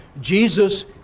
Jesus